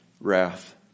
wrath